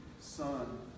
son